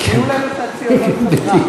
הודיעו לנו שהציונות חזרה.